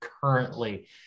currently